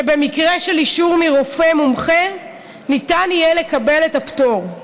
שבמקרה של אישור מרופא מומחה ניתן יהיה לקבל את הפטור.